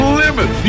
limit